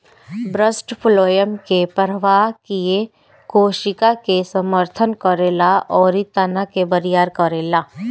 bast phloem के प्रवाह किये कोशिका के समर्थन करेला अउरी तना के बरियार करेला